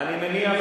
אני מניח,